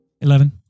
eleven